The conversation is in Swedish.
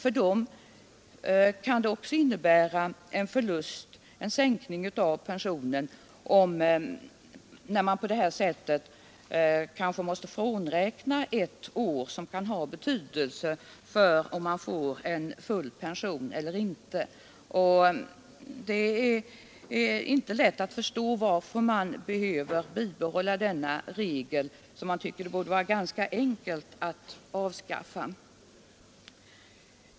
För dem kan det också innebära en sänkning av pensionen om ett år kanske måste räknas bort — det kan ha stor betydelse för om de skall få full pension eller inte. Det är inte lätt att förstå varför denna regel måste bibehållas. Det borde vara ganska enkelt att avskaffa den.